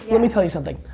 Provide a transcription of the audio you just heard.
let me tell you something.